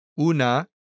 Una